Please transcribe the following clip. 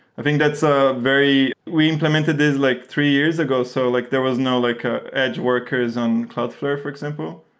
i think that's a very we implemented this like three years ago. so like there was no like edge workers on cloudflare for example,